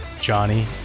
Johnny